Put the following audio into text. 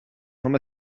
from